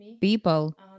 people